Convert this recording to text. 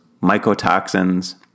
mycotoxins